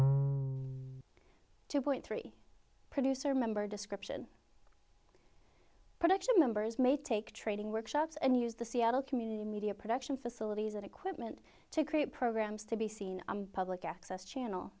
two point three producer member description production members may take training workshops and use the seattle community media production facilities and equipment to create programs to be seen public access channel